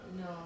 No